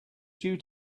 due